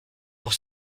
pour